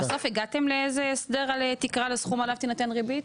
בסוף הגעתם לאיזה הסדר על תקרה לסכום על אף תינתן ריבית?